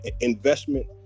investment